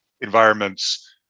environments